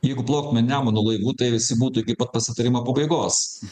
jeigu plauktume nemunu laivu tai visi būtų iki pat pasitarimo pabaigos